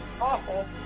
Awful